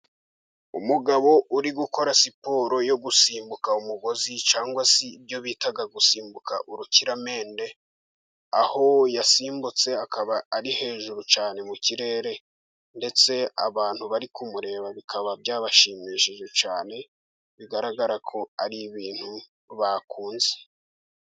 Umugabo uri gukora siporo yo gusimbuka umugozi cyangwa se ibyo bita gusimbuka urukiramende, aho yasimbutse akaba ari hejuru cyane mu ikirere. Ndetse abantu bari kumureba bikaba byabashimishije cyane bigaragara ko ar'ibintu bakunze.